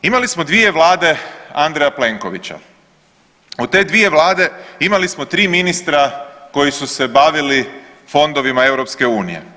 Imali smo dvije vlade Andreja Plenkovića, od te dvije vlade imali smo tri ministra koji su se bavili fondovima EU.